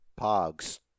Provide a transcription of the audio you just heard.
pogs